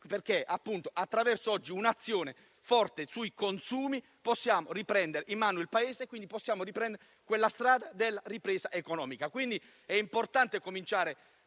perché, attraverso un'azione forte sui consumi, possiamo riprendere in mano il Paese e, quindi, percorrere la strada della ripresa economica. Pertanto, è importante cominciare,